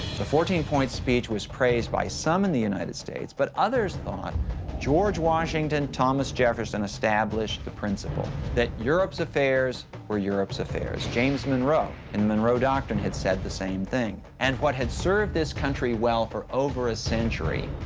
the fourteen points speech was praised by some in the united states, but others thought george washington, thomas jefferson established the principle that europe's affairs were europe's affairs. james monroe in the monroe doctrine had said the same thing. and what had served this country well for over a century,